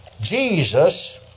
Jesus